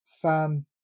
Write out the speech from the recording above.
fan